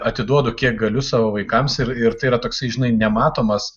atiduodu kiek galiu savo vaikams ir ir tai yra toksai žinai nematomas